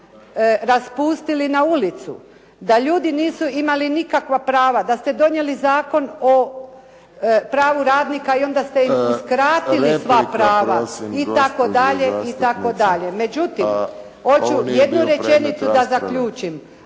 raspustili na ulicu, da ljudi nisu imali nikakva prava, da ste donijeli Zakon o pravu radnika i onda ste im uskratili sva prava itd. Međutim, hoću jednu rečenicu da zaključim.